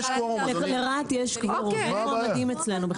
לרהט יש כבר, אין מועמדים אצלנו.